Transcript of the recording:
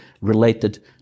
related